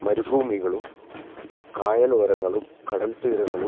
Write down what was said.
മരുഭൂമികളും കായലോരങ്ങളും കടൽ തീരങ്ങളും